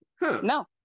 No